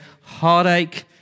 heartache